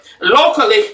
locally